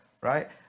right